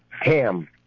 Ham